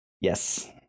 Yes